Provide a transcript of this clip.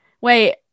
wait